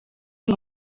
ngo